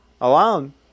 Alone